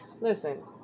Listen